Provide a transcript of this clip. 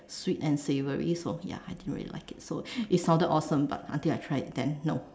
sweet and savory so ya I didn't really like it so it sounded awesome but until I tried it then no